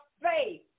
faith